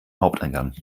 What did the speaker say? haupteingang